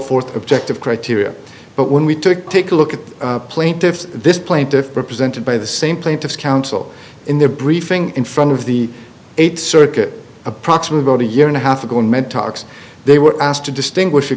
forth objective criteria but when we took take a look at the plaintiffs this plaintiffs represented by the same plaintiffs counsel in their briefing in front of the eighth circuit approximately a year and a half ago in meant talks they were asked to distinguish